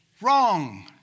Wrong